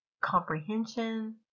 comprehension